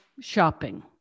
shopping